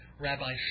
Rabbi